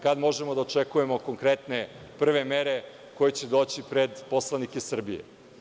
Kada možemo da očekujemo konkretne prve mere koje će doći pred poslanike Srbije?